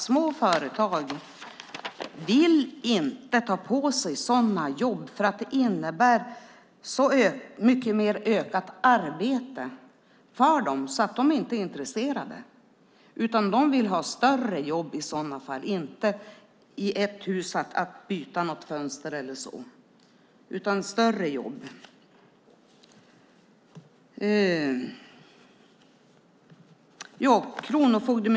Små företag vill inte ta på sig sådana jobb eftersom det innebär så mycket mer arbete för dem. De är inte intresserade. De vill ha större jobb i sådana fall. De vill inte byta ett fönster i ett hus eller något liknande.